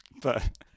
but-